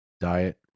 diet